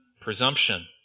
presumption